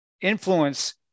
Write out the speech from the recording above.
influence